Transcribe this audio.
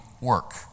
work